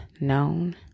Known